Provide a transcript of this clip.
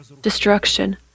destruction